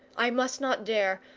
i must not dare,